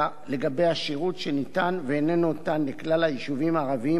שניתן ואיננו ניתן לכלל היישובים הערביים בארץ,